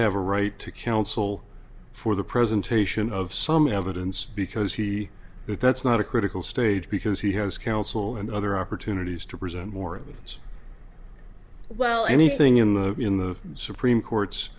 have a right to counsel for the presentation of some evidence because he but that's not a critical stage because he has counsel and other opportunities to present more evidence well anything in the in the supreme court's